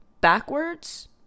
backwards